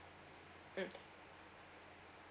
mm